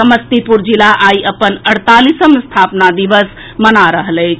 समस्तीपुर जिला आइ अपन अड़तालीसम स्थापना दिवस मना रहल अछि